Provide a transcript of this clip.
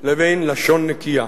לבין לשון נקייה.